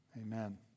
Amen